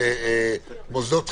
מחריגים מוסדות חינוך.